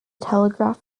telegraph